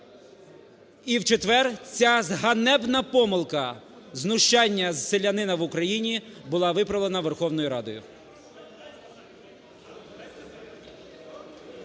і в четвер ця ганебна помилка знущання селянина в Україні була виправлена Верховною Радою.